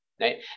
Right